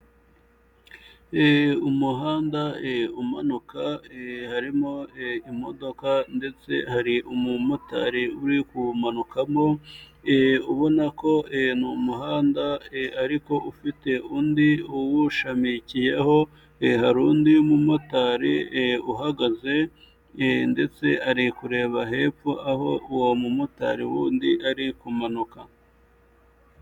Umuhanda umanuka harimo imodoka ndetse hari umumotari uri kuwumanukamo, ubona ko ni umuhanda ariko ufite undi uwushamikiyeho, hari undi mumotari uhagaze ndetse ari kureba hepfo aho uwo mumotari wundi ari kumanuka.